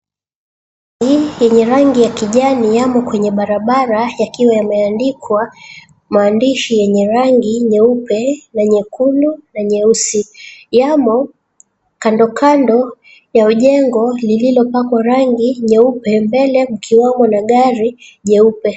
Yenye rangi ya kijani yamo kwenye barabara yakiwa yameandikwa maandishi yenye rangi nyeupe na nyekundu na nyeusi. Yamo kandokando ya jengo lililopakwa rangi nyeupe, mbele mkiwamo na gari jeupe.